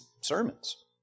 sermons